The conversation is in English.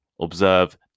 observe